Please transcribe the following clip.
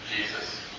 Jesus